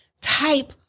type